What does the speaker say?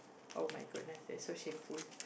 oh-my-goodness thats so shameful